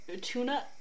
tuna